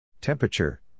Temperature